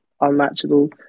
unmatchable